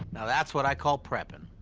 now, that's what i call prepping.